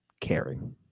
caring